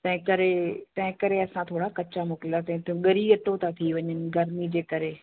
तंहिं करे तंहिं करे असां थोरा कच्चा मोकिलंदासीं न त ॻरी अटो था थी वञनि गर्मी जे करे